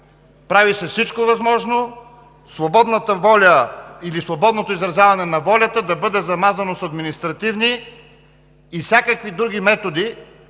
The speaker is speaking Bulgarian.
Прави се всичко възможно свободната воля, или свободното изразяване на волята, да бъде замазано с административни и всякакви други методи,